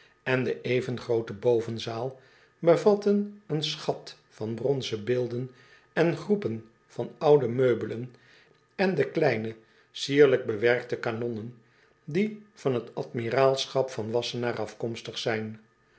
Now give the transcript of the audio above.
en de even groote bovenzaal bevatten een schat van bronzen beelden en groepen van oude meubelen en de kleine sierlijk bewerkte kanonnen die van het admiraalschap van assenaer afkomstig zijn